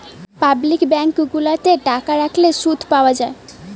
public bank গুলাতে টাকা রাখলে শুধ পাওয়া যায়